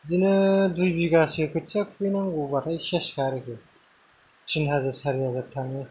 बिदिनो दुइ बिगासो खोथिया खुबैनांगौबाथाय सेसखा आरोखि थिन हाजार सारि हाजार थाङो